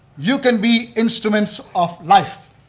you can be instruments of life.